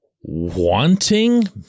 wanting